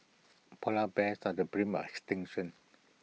Polar Bears are the brink by extinction